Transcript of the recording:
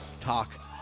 talk